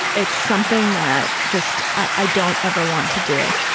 it's something that just i don't ever want to do.